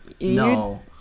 no